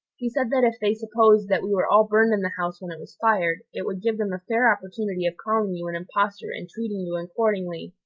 he said that if they supposed that we were all burned in the house when it was fired, it would give them a fair opportunity of calling you an impostor and treating you accordingly,